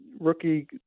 rookie